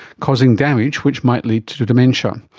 causing damage which might lead to to dementia.